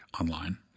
online